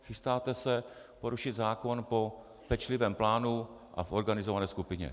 Chystáte se porušit zákon po pečlivém plánu a v organizované skupině.